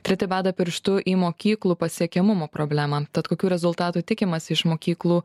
treti beda pirštu į mokyklų pasiekiamumo problemą tad kokių rezultatų tikimasi iš mokyklų